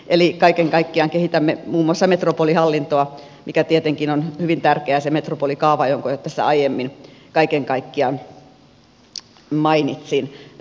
eli kaiken kaikkiaan kehitämme muun muassa metropolihallintoa mikä tietenkin on hyvin tärkeää se metropolikaava jonka jo tässä aiemmin kaiken kaikkiaan mainitsin